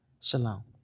Shalom